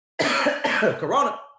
Corona